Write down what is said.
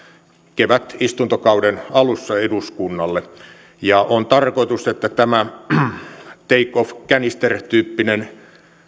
kevätistuntokauden alussa eduskunnalle on tarkoitus että tämä takeoff canister tyyppinen